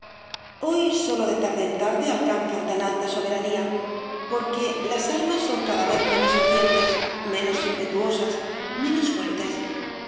hoy sólo de tarde en tarde alcanzan tan alta soberanía porque las almas son cada vez menos ardientes menos impetuosas menos fuertes